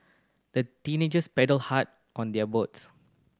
the teenagers paddled hard on their boat